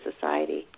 society